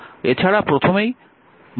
এছাড়া প্রথমেই মাসিক বেস চার্জ 12 টাকা রয়েছে